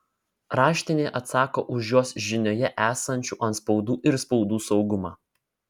raštinė atsako už jos žinioje esančių antspaudų ir spaudų saugumą